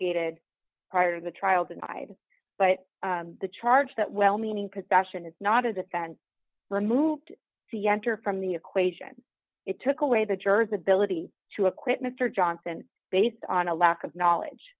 gated prior to the trial denied but the charge that well meaning possession it's not as if and removed the enter from the equation it took away the jurors ability to acquit mr johnson based on a lack of knowledge